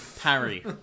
Parry